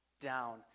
down